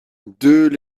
deux